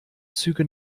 züge